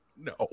No